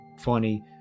funny